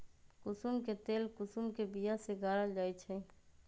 कुशुम के तेल कुशुम के बिया से गारल जाइ छइ